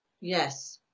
yes